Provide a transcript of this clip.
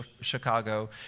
Chicago